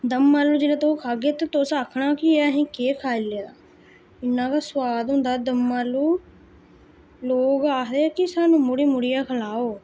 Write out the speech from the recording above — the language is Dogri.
दमआलू जिसलै तुस खागे ते तुस आखना कि असें केह् खाई लेआ इ'न्ना गै सुआद होंदा ऐ दमआलू लोक आखदे कि सानूं मुड़ी मुड़ियै खलाओ